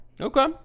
Okay